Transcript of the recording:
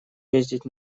ездить